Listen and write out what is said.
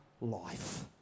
life